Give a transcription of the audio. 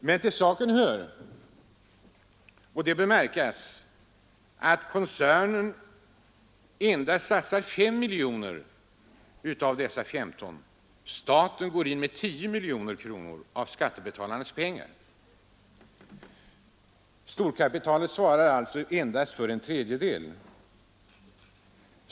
Men till saken hör, och det bör uppmärksammas, att koncernen bara satsar 5 av dessa 15 miljoner kronor, staten går in med 10 miljoner av skattebetalarnas pengar. Storkapitalet svarar sålunda endast för en tredjedel.